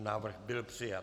Návrh byl přijat.